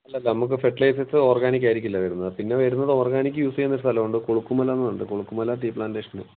അല്ല അല്ല നമ്മൾക്ക് ഫെർട്ടിലൈസസ് ഓർഗാനിക് ആയിരിക്കില്ല വരുന്നത് പിന്നെ വരുന്നത് ഓർഗാനിക് യൂസ് ചെയ്യുന്ന സ്ഥലമുണ്ട് കുണുക്കുമല എന്ന് പറഞ്ഞിട്ട് കുണുക്കുമല ടി പ്ലാൻ്റേഷൻ